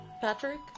Patrick